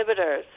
inhibitors